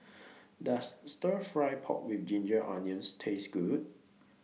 Does Stir Fry Pork with Ginger Onions Taste Good